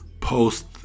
post